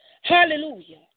Hallelujah